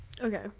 Okay